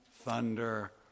thunder